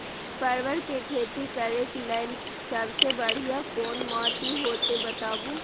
परवल के खेती करेक लैल सबसे बढ़िया कोन माटी होते बताबू?